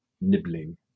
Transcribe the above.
nibbling